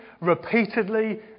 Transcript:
repeatedly